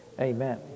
amen